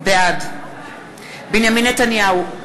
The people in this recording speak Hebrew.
בעד בנימין נתניהו,